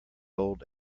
old